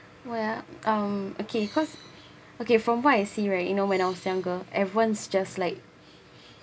well um okay cause okay from what I see right you know when I was younger events just like